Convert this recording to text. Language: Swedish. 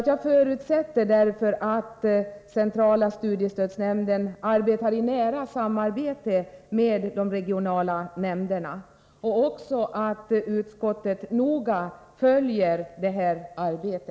Jag förutsätter därför att centrala studiestödsnämnden samarbetar nära med de regionala nämnderna och att utskottet noga följer detta arbete.